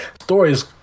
stories